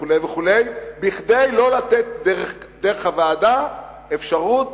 כדי לא לתת דרך הוועדה אפשרות